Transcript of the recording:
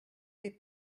des